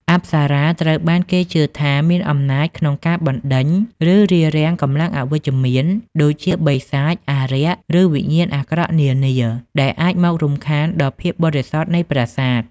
អប្សរាត្រូវបានគេជឿថាមានអំណាចក្នុងការបណ្ដេញ ឬរារាំងកម្លាំងអវិជ្ជមាន ដូចជាបិសាច អារក្ស ឬវិញ្ញាណអាក្រក់នានា ដែលអាចមករំខានដល់ភាពបរិសុទ្ធនៃប្រាសាទ។